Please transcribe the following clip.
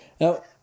Now